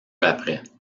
après